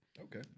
Okay